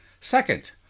Second